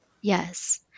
Yes